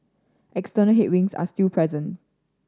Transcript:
external headwinds are still present